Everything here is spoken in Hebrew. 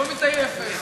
לא מתעייפת.